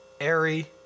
airy